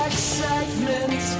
Excitement